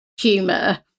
humour